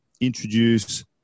introduce